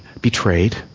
betrayed